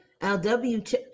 lw